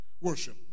worship